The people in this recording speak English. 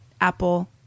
Apple